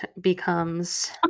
becomes